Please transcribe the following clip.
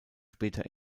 später